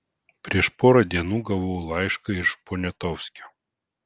prieš porą dienų gavau laišką iš poniatovskio